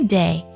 day